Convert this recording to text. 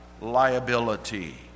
liability